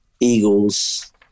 Eagles